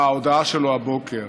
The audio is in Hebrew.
בהודעה שלו הבוקר.